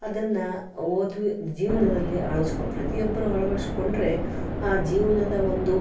ಅದನ್ನು ಹೋದ್ವಿ ಜೀವನದಲ್ಲಿ ಅಳಿಸ್ಕೊ ಪ್ರತಿಯೊಬ್ಬರೂ ಅಳವಡ್ಸ್ಕೊಂಡ್ರೆ ಆ ಜೀವನದ ಒಂದು